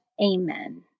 Amen